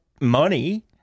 money